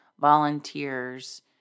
volunteers